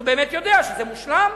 הוא באמת יודע שזה מושלם,